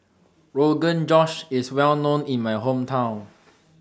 Rogan Josh IS Well known in My Hometown